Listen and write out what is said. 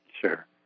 Sure